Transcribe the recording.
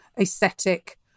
aesthetic